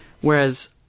whereas